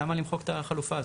למה למחוק את החלופה הזאת?